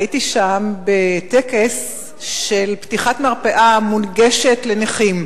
הייתי שם בטקס של פתיחת מרפאה מונגשת לנכים,